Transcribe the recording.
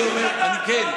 כן.